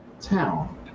town